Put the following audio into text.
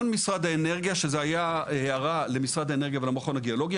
זאת הייתה הערה למשרד האנרגיה ולמכון הגיאולוגי,